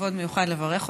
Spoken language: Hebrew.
כבוד מיוחד לברך אותך.